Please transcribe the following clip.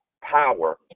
power